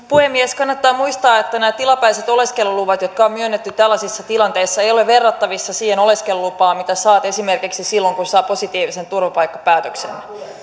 puhemies kannattaa muistaa että nämä tilapäiset oleskeluluvat jotka on myönnetty tällaisissa tilanteissa eivät ole verrattavissa siihen oleskelulupaan minkä saa esimerkiksi silloin kun saa positiivisen turvapaikkapäätöksen